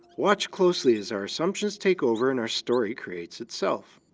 watch closely as our assumptions take over and our story creates itself.